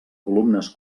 columnes